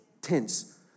Tense